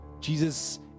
Jesus